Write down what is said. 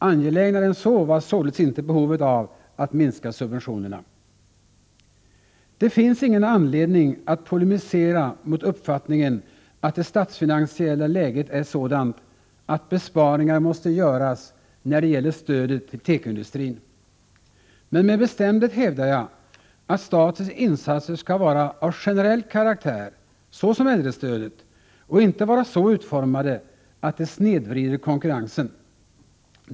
Angelägnare än så var således inte behovet av att minska subventionerna. Det finns ingen anledning att polemisera mot uppfattningen att det statsfinansiella läget är sådant att besparingar måste göras när det gäller stödet till tekoindustrin. Men med bestämdhet hävdar jag att statens insatser skall vara av generell karaktär, såsom äldrestödet, och inte så utformade att de snedvrider konkurrensen.